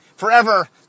forever